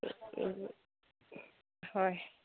হয়